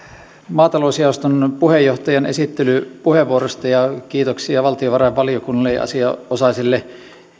maatalousjaoston puheenjohtajan esittelypuheenvuorosta ja kiitoksia valtiovarainvaliokunnalle ja asianosaiselle